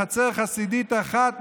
בחצר חסידית אחת,